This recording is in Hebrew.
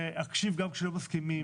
להקשיב גם כשלא מסכימים.